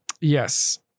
Yes